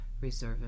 reserve